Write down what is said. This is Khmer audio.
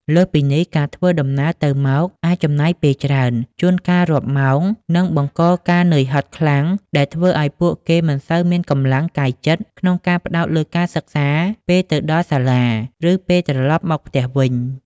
លើសពីនេះ ការធ្វើដំណើរទៅមកអាចចំណាយពេលច្រើន ជួនកាលរាប់ម៉ោង និងបង្កការនឿយហត់ខ្លាំង ដែលធ្វើឱ្យពួកគេមិនសូវមានកម្លាំងកាយចិត្តក្នុងការផ្តោតលើការសិក្សាពេលទៅដល់សាលា ឬពេលត្រឡប់មកផ្ទះវិញ។